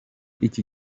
iki